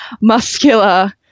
muscular